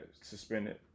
suspended